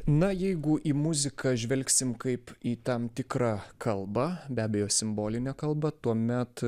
na jeigu į muziką žvelgsim kaip į tam tikrą kalbą be abejo simbolinę kalbą tuomet